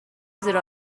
زیر